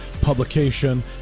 publication